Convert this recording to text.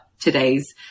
today's